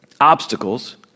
obstacles